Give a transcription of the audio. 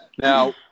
now